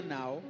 now